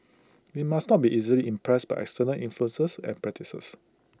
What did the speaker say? we must not be easily impressed by external influences and practices